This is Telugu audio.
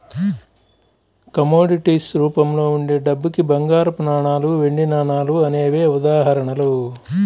కమోడిటీస్ రూపంలో ఉండే డబ్బుకి బంగారపు నాణాలు, వెండి నాణాలు అనేవే ఉదాహరణలు